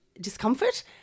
discomfort